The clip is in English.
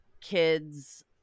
kids